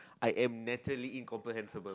I am naturally incomprehensible